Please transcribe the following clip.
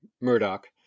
Murdoch